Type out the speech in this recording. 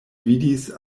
vidis